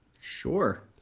Sure